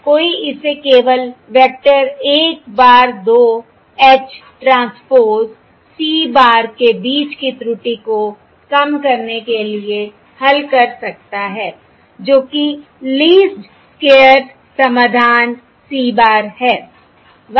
कोई इसे केवल vector 1 bar 2 H transpose c bar के बीच की त्रुटि को कम करने के लिए हल कर सकता है जो कि लीस्ट स्क्वेयर्स समाधान c bar है